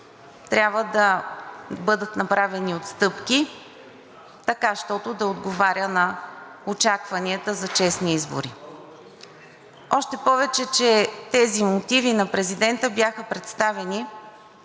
трябва да бъдат направени отстъпки, така щото да отговаря на очакванията за честни избори, още повече, че тези мотиви на президента бяха представени